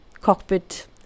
cockpit